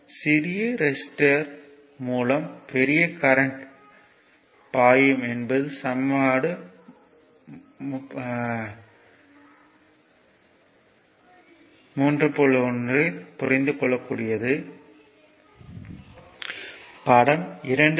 சிறிய ரெசிஸ்டர்யின் மூலம் பெரிய கரண்ட் பாயும் என்பது சமன்பாடு 31 ஆல் புரிந்துகொள்ளக்கூடியது படம் 2